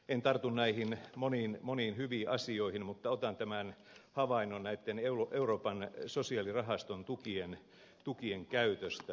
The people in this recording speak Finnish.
en tartu näihin moniin hyviin asioihin mutta otan tämän havainnon euroopan sosiaalirahaston tukien käytöstä